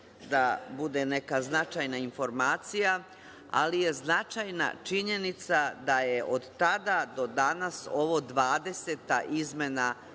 da bude neka značajna informacija, ali je značajna činjenica da je od tada do danas ovo 20 izmena